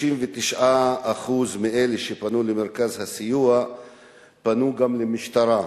39% מאלה שפנו למרכז הסיוע פנו גם למשטרה.